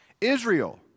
Israel